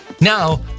Now